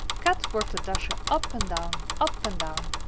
kat worked the dasher up and down, up and down.